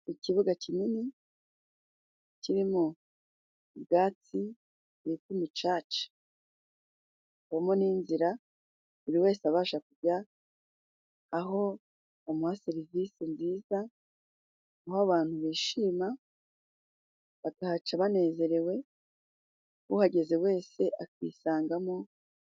Ikibuga kinini kirimo ubwatsi bwitwa imicaca. Harimo n'inzira buri wese abasha kuja aho bamuha serivisi nziza, aho abantu bishima bakahaca banezerewe, uhageze wese akisangamo.